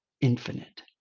Infinite